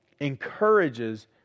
encourages